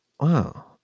Wow